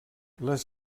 les